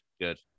good